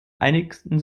einigten